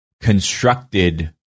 constructed